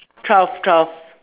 cough cough